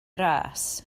ras